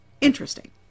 Interesting